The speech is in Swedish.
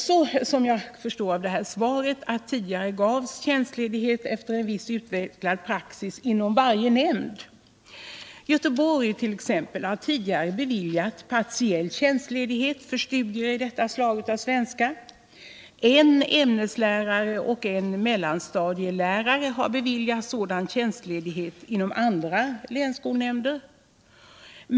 Som jag förstår av statsrådets svar beviljades tjänstledighet tidigare efter en viss utvecklad praxis inom varje nämnd, Göteborg t.ex. har tidigare beviljat partiell tjänstledighet för studier av detta slag. En ämneslärare och en mellanstadielärare har beviljats sådan tjänstledighet inom andra länsskolnämnder.